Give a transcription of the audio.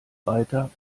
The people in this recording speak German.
reiter